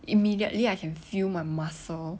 immediately I can feel my muscle